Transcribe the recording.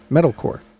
Metalcore